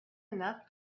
enough